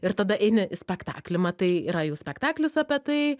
ir tada eini į spektaklį matai yra jau spektaklis apie tai